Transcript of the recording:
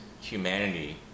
humanity